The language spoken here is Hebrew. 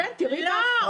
לא.